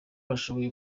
ashobora